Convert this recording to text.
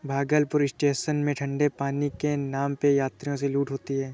Bhagalpur station में ठंडे पानी के नाम पे यात्रियों से लूट होती है